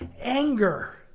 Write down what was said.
anger